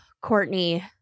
Courtney